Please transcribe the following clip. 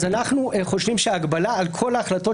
אנחנו חושבים שההגבלה על כל ההחלטות